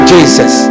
Jesus